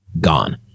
gone